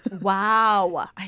Wow